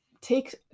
Take